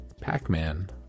Pac-Man